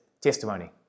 testimony